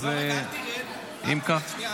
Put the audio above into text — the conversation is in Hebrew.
אופיר כץ (הליכוד): לא, רגע.